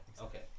Okay